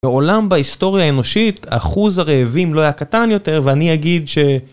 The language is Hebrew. מעולם בהיסטוריה האנושית, אחוז הרעבים לא היה קטן יותר ואני אגיד ש...